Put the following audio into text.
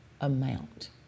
amount